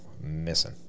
missing